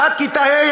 עד כיתה ה',